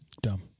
Dumb